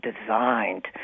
designed